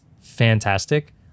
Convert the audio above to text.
fantastic